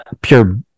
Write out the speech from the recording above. Pure